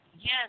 yes